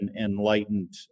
enlightened